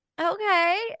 okay